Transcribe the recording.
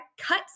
cut